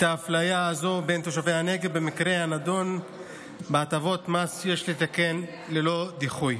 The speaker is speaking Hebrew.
את האפליה הזו בין תושבי הנגב במקרה הנדון בהטבות מס יש לתקן ללא דיחוי.